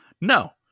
No